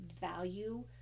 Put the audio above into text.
value